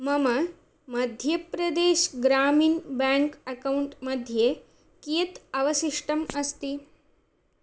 मम मध्यप्रदेशः ग्रामीणः ब्याङ्क् अक्कौण्ट्मध्ये कियत् अवशिष्टम् अस्ति